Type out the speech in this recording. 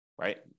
right